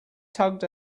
tugged